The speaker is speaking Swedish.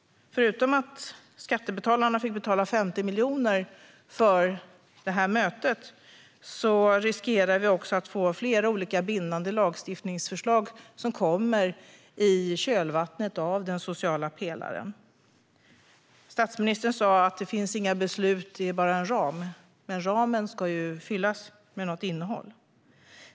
Förutom att skattebetalarna fick betala 50 miljoner för mötet riskerar vi att flera olika bindande lagstiftningsförslag kommer i kölvattnet av den sociala pelaren. Statsministern sa det inte fanns några beslut utan bara en ram, men ramen ska ju fyllas med innehåll.